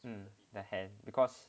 hmm the hand because